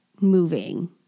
moving